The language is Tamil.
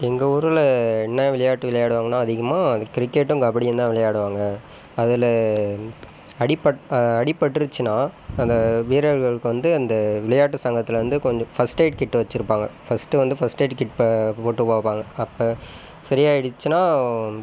எங்க ஊரில் என்ன விளையாட்டு விளையாடுவாங்கன்னா அதிகமாக கிரிக்கெட்டும் கபடியும் தான் விளையாடுவாங்க அதில் அடிபட் அடிபட்டுருச்சுன்னா அந்த வீரர்களுக்கு வந்து அந்த விளையாட்டு சங்கத்திலேருந்து கொஞ்சம் ஃபஸ்ட் எய்ட் கிட் வச்சுருப்பாங்க ஃபஸ்ட் வந்து ஃபஸ்ட் எய்ட் கிட்டை போட்டுப் பார்ப்பாங்க அப்போ சரி ஆயிடுச்சுன்னா